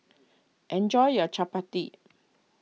enjoy your Chapati